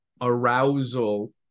arousal